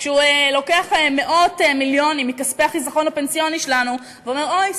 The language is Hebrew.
וכשהוא לוקח מאות מיליונים מכספי החיסכון הפנסיוני שלנו ואומר: אוי,